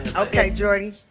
ok, jordi,